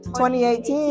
2018